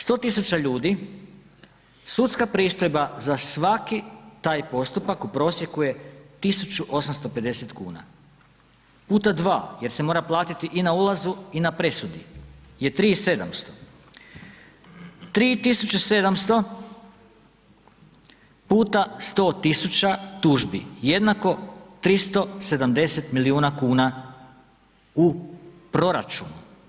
100.000 ljudi, sudska pristojba za svaki taj postupak u prosjeku je 1.850 kuna puta dva jer se mora platiti i na ulazu i na presudi je 3.700. 3.700 puta 100.000 tužbi jednako 370 milijuna kuna u proračunu.